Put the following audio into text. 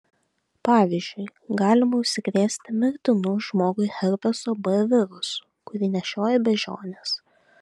pavyzdžiui galima užsikrėsti mirtinu žmogui herpeso b virusu kurį nešioja beždžionės